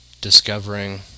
discovering